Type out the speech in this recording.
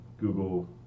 Google